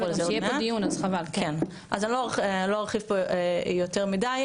אני לא ארחיב פה יותר מדי,